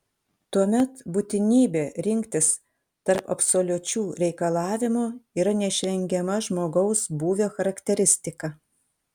tuomet būtinybė rinktis tarp absoliučių reikalavimų yra neišvengiama žmogaus būvio charakteristika